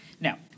Now